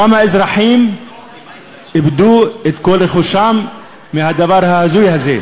כמה אזרחים איבדו את כל רכושם מהדבר ההזוי הזה,